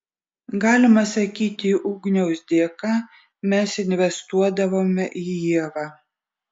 galima sakyti ugniaus dėka mes investuodavome į ievą